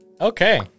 Okay